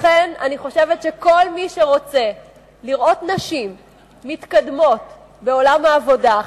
לכן אני חושבת שכל מי שרוצה לראות נשים מתקדמות בעולם העבודה,